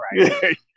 right